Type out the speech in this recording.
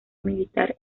militar